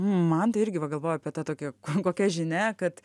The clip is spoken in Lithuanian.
man tai irgi va galvoju apie tą tokią kokia žinia kad